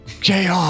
JR